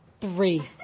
Three